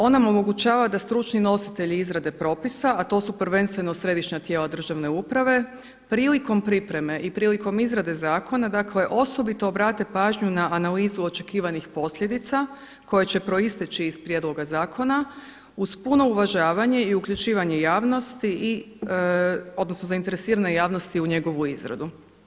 On nam omogućava da stručni nositelji izrade propisa a to su prvenstveno središnja tijela državne uprave prilikom pripreme i prilikom izrade zakona dakle osobito obrate pažnju na analizu očekivanih posljedica koje će proisteći iz prijedloga zakona uz puno uvažavanje i uključivanje javnosti, odnosno zainteresirane javnosti u njegovu izradu.